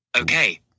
Okay